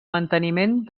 manteniment